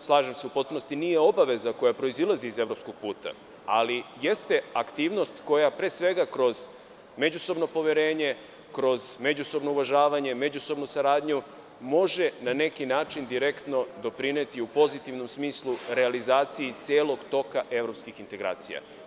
slažem se u potpunosti, nije obaveza koja proizilazi iz evropskog puta, ali jeste aktivnost koja pre svega kroz međusobno poverenje, kroz međusobno uvažavanje, kroz međusobnu saradnju, može na neki način direktno doprineti u pozitivnom smislu realizaciji celog toka evropskih integracija.